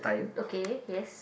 okay yes